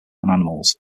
animals